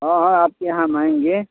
हाँ हाँ आपके यहाँ हम आएँगे